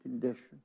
condition